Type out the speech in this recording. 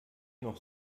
noch